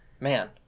man